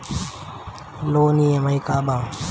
Loan EMI का बा?